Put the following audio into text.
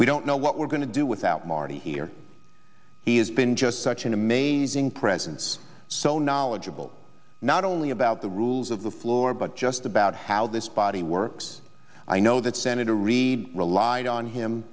we don't know what we're going to do without marty here he has been just such an amazing presence so knowledgeable not only about the rules of the floor but just about how this body works i know that senator reid relied on him